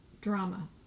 drama